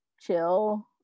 chill